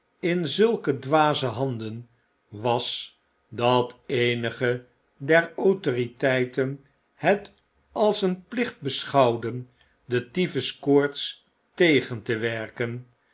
in zulke dwaze handen was dat eenige der autoriteiten het als een plicht beschouwden de typhus koorts tegen te werken